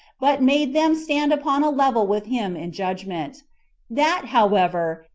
but made them stand upon a level with him in judgment that, however,